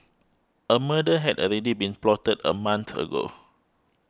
a murder had already been plotted a month ago